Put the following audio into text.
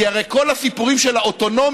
כי הרי כל הסיפורים של האוטונומיה,